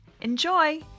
Enjoy